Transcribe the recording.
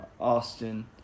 Austin